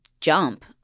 jump